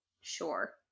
Sure